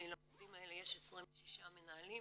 למוקדים האלה יש 26 מנהלים,